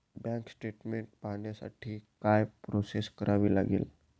Bank statement पाहण्यासाठी काय process करावी लागेल?